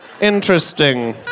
Interesting